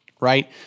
right